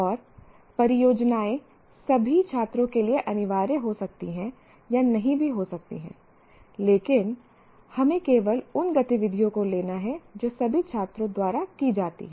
और परियोजनाएं सभी छात्रों के लिए अनिवार्य हो सकती हैं या नहीं भी हो सकती हैं लेकिन हमें केवल उन गतिविधियों को लेना है जो सभी छात्रों द्वारा की जाती हैं